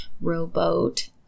rowboat